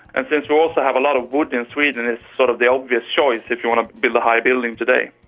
and since we also have a lot of wood in sweden it's sort of the obvious choice if you want to build a high building today.